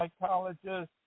psychologist